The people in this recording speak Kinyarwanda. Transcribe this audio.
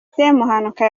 semuhanuka